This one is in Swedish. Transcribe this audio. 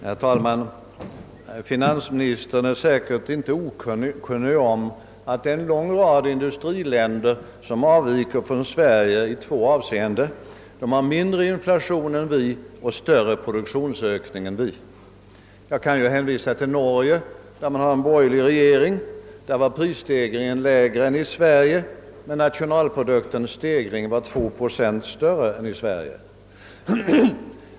Herr talman! Finansministern är säkert inte okunnig om att det finns en lång rad industriländer som avviker från Sverige i två avseenden: de har mindre inflation och större produktionsökning än vi. Jag kan bl.a. hänvisa till Norge, där man har en borgerlig regering. Där är prisstegringen f.n. lägre än i Sverige, medan nationalprodukten senaste år har stigit 2 procent mer än i Sverige.